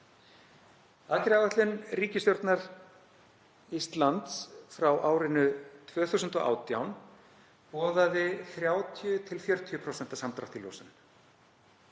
Aðgerðaáætlun ríkisstjórnar Íslands frá árinu 2018 boðaði 30–40% samdrátt í losun.